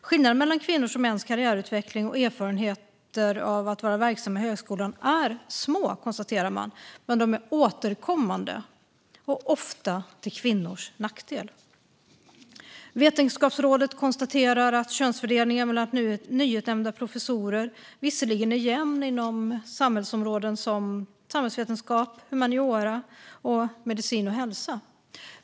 Skillnaderna mellan kvinnors och mäns karriärutveckling och erfarenheter av att vara verksamma i högskolan är små, konstaterar man, men återkommande och ofta till kvinnors nackdel. Vetenskapsrådet konstaterar att könsfördelningen bland nyutnämnda professorer visserligen är jämn inom ämnesområden som samhällsvetenskap, humaniora samt medicin och hälsa.